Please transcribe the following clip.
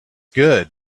good